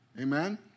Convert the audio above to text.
amen